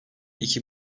iki